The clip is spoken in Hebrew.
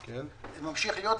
ממשיך להיות.